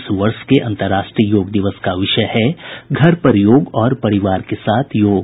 इस वर्ष के अंतरराष्ट्रीय योग दिवस का विषय है घर पर योग और परिवार के साथ योग